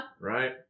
Right